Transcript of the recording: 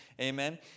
amen